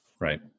Right